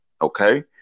Okay